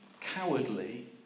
cowardly